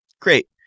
great